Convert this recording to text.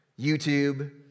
YouTube